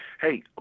hey